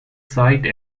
site